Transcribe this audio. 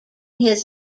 his